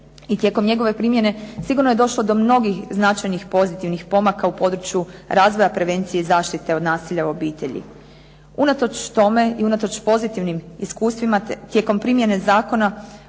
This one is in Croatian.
i tijekom njegove primjene sigurno je došlo do mnogih značajnih pozitivnih pomaka u području razvoja, prevencije i zaštite od nasilja u obitelji. Unatoč tome i unatoč pozitivnim iskustvima tijekom primjene zakona